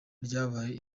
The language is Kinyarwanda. ryabaye